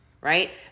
Right